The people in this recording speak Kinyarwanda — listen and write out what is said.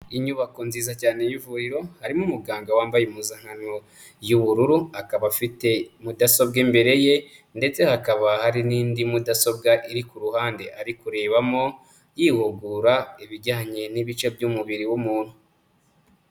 Inyubako nziza cyane y'ivuriro, harimo umuganga wambaye impuzankano y'ubururu, akaba afite mudasobwa imbere ye ndetse hakaba hari n'indi mudasobwa iri ku ruhande ari kurebamo yihugura ibijyanye n'ibice by'umubiri w'umuntu.